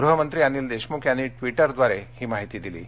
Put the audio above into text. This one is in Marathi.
गृहमंत्री अनिल देशमुख यांनी ट्वीटरद्वारे ही माहिती दिली आहे